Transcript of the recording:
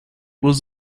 was